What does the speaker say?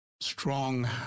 strong